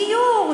גיור,